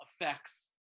effects